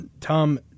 Tom